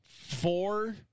four